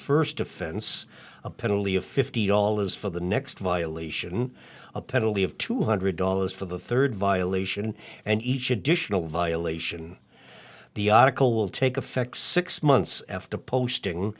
first offense a penalty of fifty dollars for the next violation a penalty of two hundred dollars for the third violation and each additional violation the article will take effect six months after posting